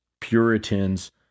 Puritans